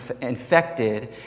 infected